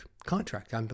contract